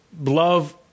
love